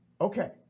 Okay